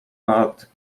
but